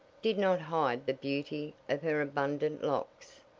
did not hide the beauty of her abundant locks.